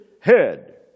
head